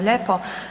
lijepo.